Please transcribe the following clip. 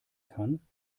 kann